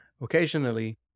Occasionally